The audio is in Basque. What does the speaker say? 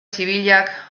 zibilak